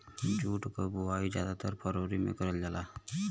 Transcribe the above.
jute क बोवाई जादातर फरवरी में करल जाला